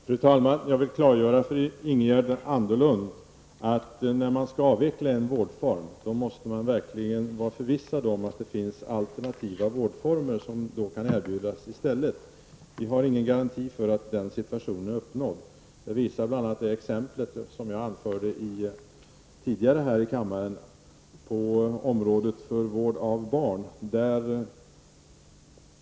Fru talman! Jag vill klargöra för Ingegerd Anderlund, att om man skall avveckla en vårdform, måste man verkligen vara förvissad om att det finns alternativa vårdformer som kan erbjudas i stället. Vi har ingen garanti för att den situationen är uppnådd. Det visar bl.a. det exempel på området vård av barn som jag anförde tidigare här i kammaren.